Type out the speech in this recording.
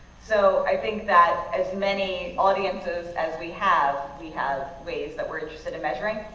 so i think that as many audiences as we have we have ways that we're interested in measuring.